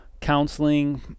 counseling